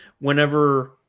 whenever